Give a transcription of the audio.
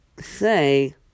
say